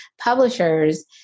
Publishers